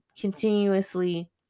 continuously